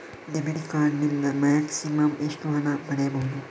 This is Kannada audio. ಡೆಬಿಟ್ ಕಾರ್ಡ್ ನಿಂದ ಮ್ಯಾಕ್ಸಿಮಮ್ ಎಷ್ಟು ಹಣ ಪಡೆಯಬಹುದು?